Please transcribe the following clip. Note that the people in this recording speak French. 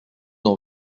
dans